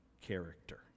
character